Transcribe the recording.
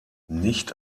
nicht